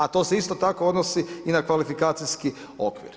A to se isto tako odnosi i na kvalifikacijski okvir.